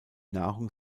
nahrung